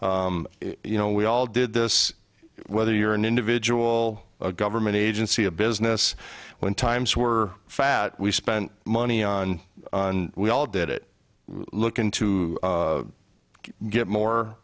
you know we all did this whether you're an individual a government agency a business when times were fat we spent money on we all did it looking to get